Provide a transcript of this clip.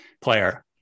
player